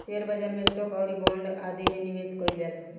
share बाजार में stock आउरी बांड आदि में निबेश कईल जाला